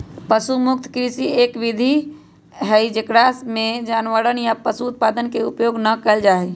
पशु मुक्त कृषि, एक ऐसी विधि हई जेकरा में जानवरवन या पशु उत्पादन के उपयोग ना कइल जाहई